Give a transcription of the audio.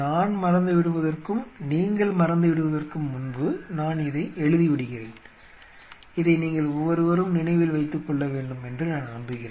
நான் மறந்துவிடுவதற்கும் நீங்கள் மறந்துவிடுவதற்கும் முன்பு நான் இதை எழுதிவிடுகிறேன் இதை நீங்கள் ஒவ்வொருவரும் நினைவில் வைத்துக் கொள்ள வேண்டும் என்று நான் நம்புகிறேன்